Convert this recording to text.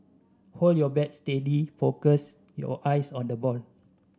hold your bat steady focus your eyes on the ball